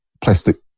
plastic